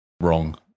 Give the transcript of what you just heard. wrong